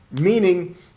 meaning